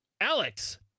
Alex